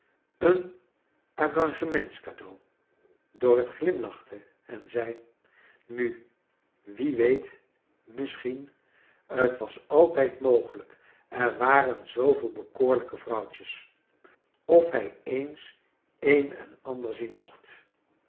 een engagementscadeau dorrit glimlachte en zei nu wie weet misschien t was altijd mogelijk er waren zooveel bekoorlijke vrouwtjes of hij eens een en ander zien mocht